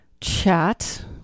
chat